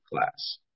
class